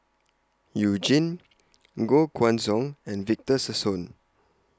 YOU Jin Koh Guan Song and Victor Sassoon